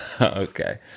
Okay